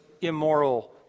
immoral